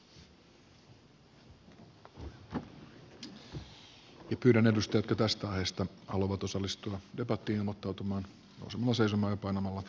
pyydän edustajia jotka tästä aiheesta haluavat osallistua debattiin ilmoittautumaan nousemalla seisomaan ja painamalla v painiketta